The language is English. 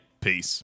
peace